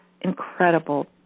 incredible